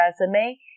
resume